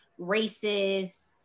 racist